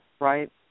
right